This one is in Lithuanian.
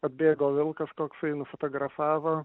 atbėgo vilkas koksai nufotografavo